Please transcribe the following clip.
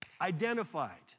identified